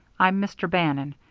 i'm mr. bannon.